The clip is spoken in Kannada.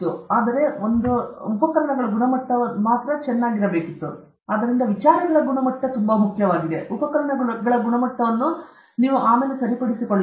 ಆದ್ದರಿಂದ ವಿಚಾರಗಳ ಗುಣಮಟ್ಟ ತುಂಬಾ ಮುಖ್ಯವಾಗಿದೆ